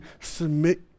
submit